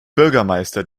bürgermeister